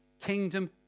kingdom